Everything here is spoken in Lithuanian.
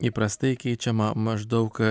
įprastai keičiama maždaug